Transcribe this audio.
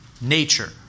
Nature